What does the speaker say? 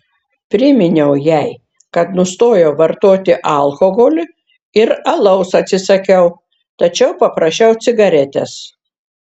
priminiau jai kad nustojau vartoti alkoholį ir alaus atsisakiau tačiau paprašiau cigaretės